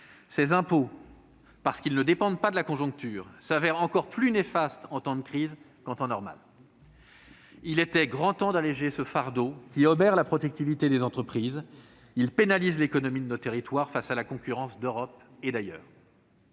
Ces impôts, parce qu'ils ne dépendent pas de la conjoncture, s'avèrent encore plus néfastes en temps de crise qu'en temps normal. Il était grand temps d'alléger ce fardeau qui obère la productivité des entreprises et pénalise l'économie de nos territoires face à la concurrence d'Europe et d'ailleurs.